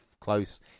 close